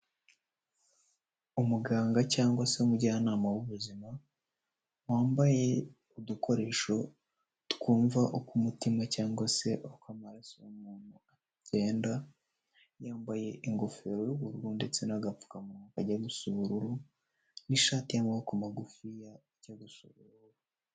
Umuganga cyangwa se umujyanama w'ubuzima, wambaye udukoresho twumva uko umutima cyangwa se uko amaraso w'umuntu agenda, yambaye ingofero y'ubururu ndetse n'agapfukamunwa kajya gusa ubururu n'ishati y'amaboko magufiya ijya gusa ubururu.